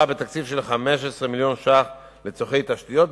בתקציב של 15 מיליון ש"ח לצורכי תשתיות,